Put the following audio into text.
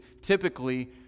typically